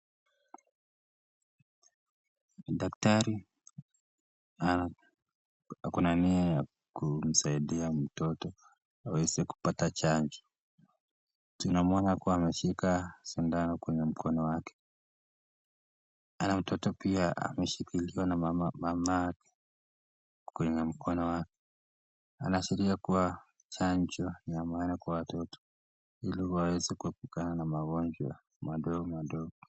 Dakitari akona nia ya kumsaidia mtoto aweze kupata chanjo. Tunamuona hapo ameshika shindano kwenye mkono wake, na mtoto pia ameshikiliwa na mama kwenye mkono wake. Anaashiria kuwa chanjo ni ya maana kwa watoto, ili waweze kuepukana na magonjwa madogo madogo.